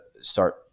start